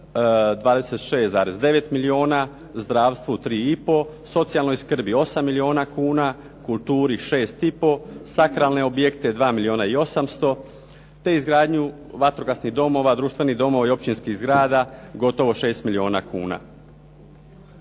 26,9 milijuna, zdravstvu 3,5, socijalnoj skrbi 8 milijuna kuna, kulturi 6,5, sakralne objekte 2 milijuna i 800, te izgradnju vatrogasnih domova, društvenih domova i općinskih zgrada gotovo 6 milijuna kuna.